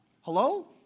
Hello